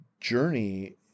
journey